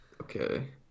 Okay